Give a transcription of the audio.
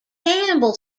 campbell